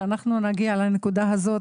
שאנחנו נגיע לנקודה הזאת,